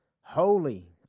holy